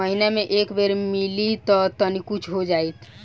महीना मे एक बेर मिलीत त तनि कुछ हो जाइत